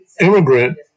immigrant